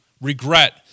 regret